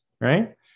Right